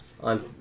on